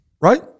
Right